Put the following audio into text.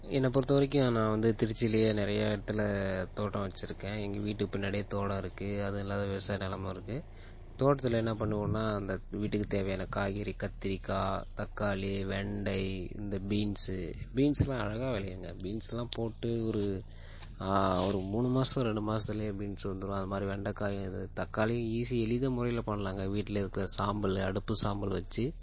என்னப் பொறுத்தவரைக்கும் நான் வந்து திருச்சிலயே நிறைய இடத்துல தோட்டம் வச்சுருக்கேன் எங்கள் வீட்டுப் பின்னாடியே தோட்டம் இருக்கு அதுவும் இல்லாத விவசாய நிலமும் இருக்கு தோட்டத்தில் என்ன பண்ணுவோம்னா அந்த வீட்டுக்குத் தேவையான காய்கறி கத்திரிக்காய் தக்காளி வெண்டை இந்த பீன்சு பீன்சுலாம் அழகாக விளையுங்க பீன்சுலாம் போட்டு ஒரு ஒரு மூணு மாதம் ரெண்டு மாதத்துலயே பீன்சு வந்துரும் அது மாதிரி வெண்டக்காயும் இது தக்காளி ஈசி எளித முறையில் பண்ணலாங்க வீட்டில இருக்கிற சாம்பல் அடுப்பு சாம்பல் வச்சு